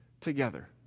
together